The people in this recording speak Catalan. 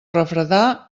refredar